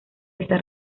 esta